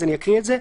אז אקרא את זה.